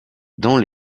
dans